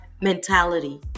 mentality